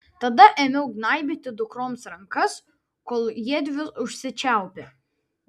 tada ėmiau gnaibyti dukroms rankas kol jiedvi užsičiaupė